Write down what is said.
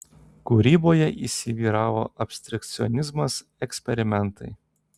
kūryboje įsivyravo abstrakcionizmas eksperimentai